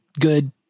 good